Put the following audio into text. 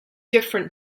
different